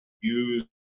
use